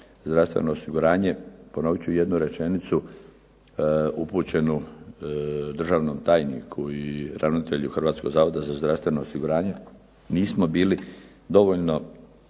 zdravstveno osiguranje. Ponovit ću jednu rečenicu upućenu državnom tajniku i ravnatelju Hrvatskog zavoda za zdravstveno osiguranje, nismo smo bili dovoljno